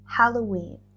halloween